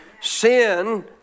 Sin